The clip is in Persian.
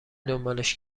دنبالش